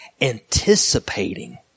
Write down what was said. anticipating